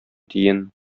тиен